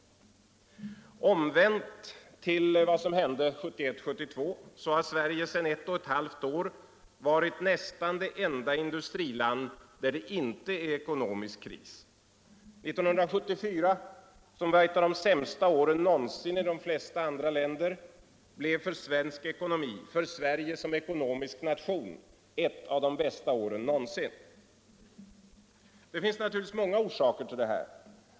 Omvänt mot vad som hände 1971-1972 har Sverige sedan ett och ett halvt år varit nästan det enda industriland där det inte är ekonomisk kris. 1974 — som var ett av de sämsta åren någonsin i de flesta andra länder — blev för Sverige som ekonomisk nation ett av de bästa åren någonsin. Det finns naturligtvis många orsaker till detta.